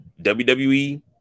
WWE